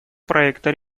проекта